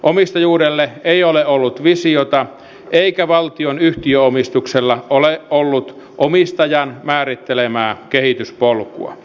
omistajuudelle ei ole ollut visiota eikä valtion yhtiöomistuksella ole ollut omistajan määrittelemää kehityspolkua